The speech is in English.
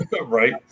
right